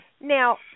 Now